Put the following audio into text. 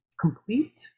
complete